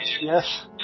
yes